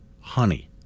honey